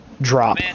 drop